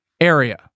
area